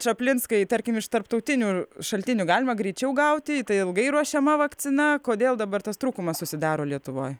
čaplinskai tarkim iš tarptautinių šaltinių galima greičiau gauti tai ilgai ruošiama vakcina kodėl dabar tas trūkumas susidaro lietuvoj